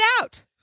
out